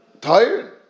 tired